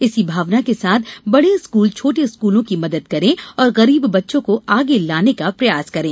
इसी भावना के साथ बड़े स्कूल छोटे स्कूलों की मदद करें और गरीब बच्चों को आगे लाने का प्रयास करें